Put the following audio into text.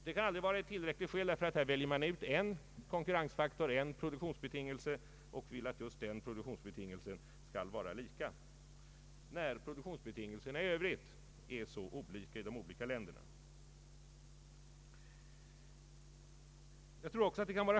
Här väljer man nämligen ut en konkurrensfaktor, en produktionsbetingelse och vill att just den skall vara lika under det att produktionsbetingelserna i övrigt ju är och förblir olika i de olika länderna.